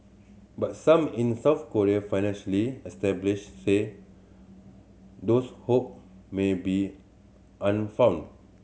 but some in South Korea financially establish say those hope may be unfound